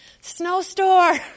Snowstorm